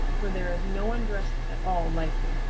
for there is no one dressed at all like him.